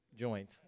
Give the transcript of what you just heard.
joint